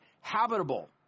habitable